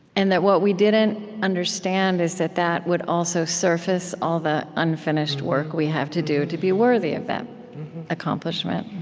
and that what we didn't understand is that that would also surface all the unfinished work we have to do to be worthy of that accomplishment.